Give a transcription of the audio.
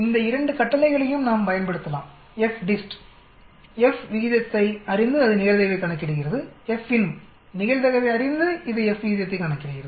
இந்த இரண்டு கட்டளைகளையும் நாம் பயன்படுத்தலாம்FDIST F விகிதத்தை அறிந்து அது நிகழ்தகவைக் கணக்கிடுகிறது FINV நிகழ்தகவை அறிந்து இது F விகிதத்தை கணக்கிடுகிறது